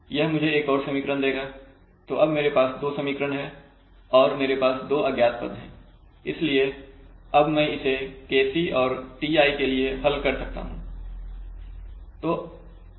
यह मुझे एक और समीकरण देगा तो अब मेरे पास 2 समीकरण है और मेरे पास दो अज्ञात पद हैं इसलिए अब मैं इसे Kc और Ti के लिए हल कर सकता हूं